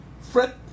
fret